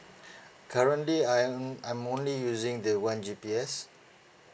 currently I'm I'm only using the one G_P_S